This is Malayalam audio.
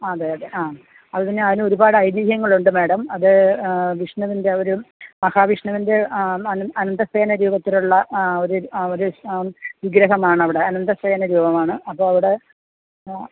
അതെ അതെ ആ അതു പിന്നെ അതിനൊരുപാടൈതിഹ്യങ്ങളുണ്ട് മേടം അതു വിഷ്ണുവിൻ്റെ ആ ഒരു മഹാവിഷ്ണുവിൻ്റെ അനന്തശയന രൂപത്തിലുള്ള ഒരു ആ ഒരു വിഗ്രഹമാണവിടെ അനന്ത ശയന രൂപമാണ് അപ്പവിടെ ആ